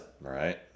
Right